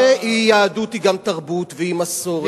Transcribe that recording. יהדות היא גם תרבות והיא מסורת,